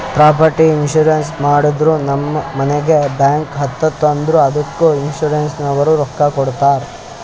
property insurance ಮಾಡೂರ್ ನಮ್ ಮನಿಗ ಬೆಂಕಿ ಹತ್ತುತ್ತ್ ಅಂದುರ್ ಅದ್ದುಕ ಇನ್ಸೂರೆನ್ಸನವ್ರು ರೊಕ್ಕಾ ಕೊಡ್ತಾರ್